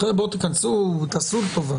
תעשו לי טובה.